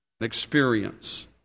experience